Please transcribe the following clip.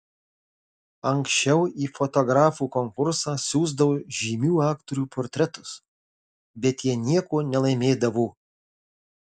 anksčiau į fotografų konkursą siųsdavau žymių aktorių portretus bet jie nieko nelaimėdavo